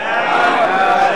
נגד?